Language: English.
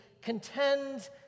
Contend